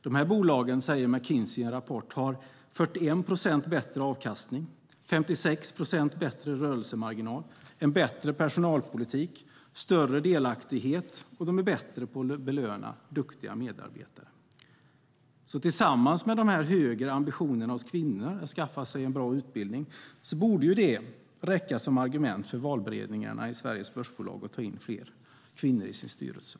Dessa bolag, säger McKinsey i en rapport, har 41 procent bättre avkastning, 56 procent bättre rörelsemarginal, en bättre personalpolitik, större delaktighet och är bättre på att belöna duktiga medarbetare. Tillsammans med de högre ambitionerna hos kvinnor att skaffa sig en god utbildning borde det räcka som argument för valberedningarna i Sveriges börsbolag att ta in fler kvinnor i sina styrelser.